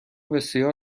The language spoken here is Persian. بسیار